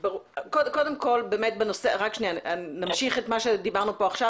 קודם כל נמשיך את מה שדיברנו עכשיו,